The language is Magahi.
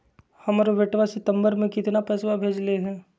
हमर बेटवा सितंबरा में कितना पैसवा भेजले हई?